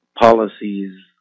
policies